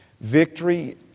Victory